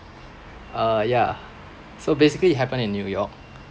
uh ya so basically it happened in new york